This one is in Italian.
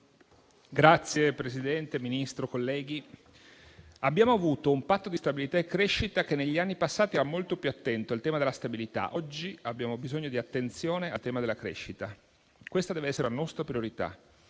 Signor Presidente, signor Ministro, colleghi, abbiamo avuto un Patto di stabilità e crescita che negli anni passati era molto più attento al tema della stabilità. Oggi abbiamo bisogno di attenzione al tema della crescita. Questa dev'essere la nostra priorità.